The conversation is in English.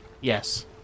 Yes